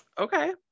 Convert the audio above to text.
okay